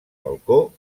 balcó